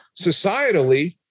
societally